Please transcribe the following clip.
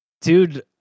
dude